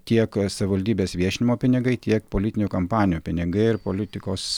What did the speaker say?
tiek savivaldybės viešinimo pinigai tiek politinių kampanijų pinigai ir politikos